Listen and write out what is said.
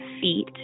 feet